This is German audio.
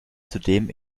zudem